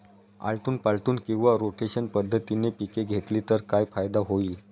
आलटून पालटून किंवा रोटेशन पद्धतीने पिके घेतली तर काय फायदा होईल?